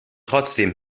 trotzdem